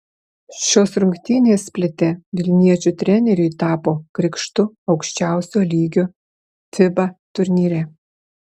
šios rungtynės splite vilniečių treneriui tapo krikštu aukščiausio lygio fiba turnyre